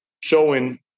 showing